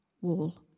wall